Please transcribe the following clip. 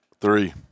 Three